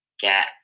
get